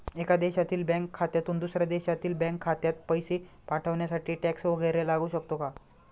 एका देशातील बँक खात्यातून दुसऱ्या देशातील बँक खात्यात पैसे पाठवण्यासाठी टॅक्स वैगरे लागू शकतो का?